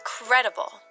Incredible